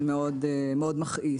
זה מאוד מכעיס.